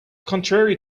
contrary